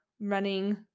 running